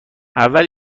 اول